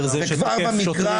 אומר זה שתוקף שוטרים.